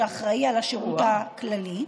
שאחראי על השירות הכללי,